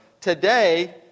Today